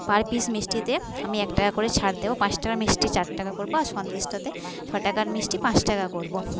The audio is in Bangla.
পার পিস মিষ্টিতে আমি এক টাকা করে ছাড় দেব পাঁচ টাকার মিষ্টি চার টাকা করব আর সন্দেশটাতে ছটাকার মিষ্টি পাঁচ টাকা করব